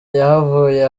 yahavuye